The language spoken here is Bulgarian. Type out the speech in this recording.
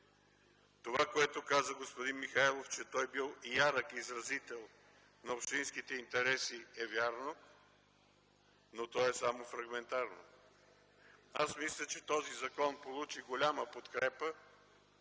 Това, което каза господин Михайлов, че той бил ярък изразител на общинските интереси е вярно, но то е само фрагментарно. Аз мисля, че този закон получи голяма подкрепа,